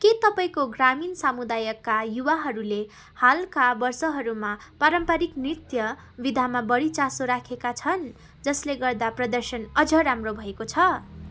के तपाईँको ग्रामीण समुदायका युवाहरूले हालका बर्षहरूमा पारम्पारिक नृत्य विधामा बढी चासो राखेका छन् जसले गर्दा प्रदर्शन अझ राम्रो भएको छ